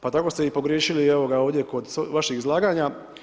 Pa tako ste i pogriješili evo ga ovdje kod vaših izlaganja.